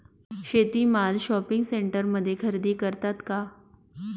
शेती माल शॉपिंग सेंटरमध्ये खरेदी करतात का?